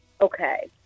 Okay